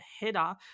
header